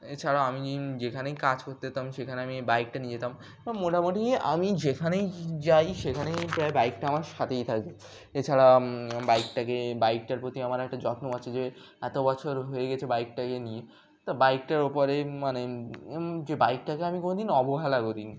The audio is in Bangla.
এছাড়া আমি যেখানেই কাজ করতে যেতাম সেখানে আমি বাইকটা নিয়ে যেতাম মোটামুটি আমি যেখানেই যাই সেখানেই প্রায় বাইকটা আমার সাথেই থাকে এছাড়া বাইকটাকে বাইকটার প্রতি আমার একটা যত্ন আছে যে এতো বছর হয়ে গেছে বাইকটাকে নিয়ে তা বাইকটার ওপরে মানে যে বাইকটাকে আমি কোনোদিন অবহেলা করিনি